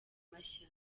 mashya